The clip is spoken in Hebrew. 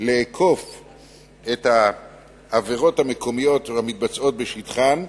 לאכוף את העבירות המקומיות המתבצעות בשטחן,